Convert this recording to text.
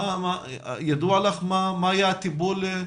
ידוע ל מה היה הטיפול?